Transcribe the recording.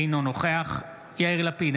אינו נוכח יאיר לפיד,